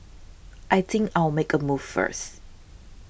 I think I'll make a move first